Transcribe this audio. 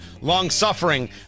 Long-suffering